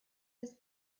this